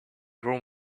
room